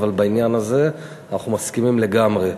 אבל בעניין הזה אנחנו מסכימים לגמרי.